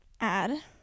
add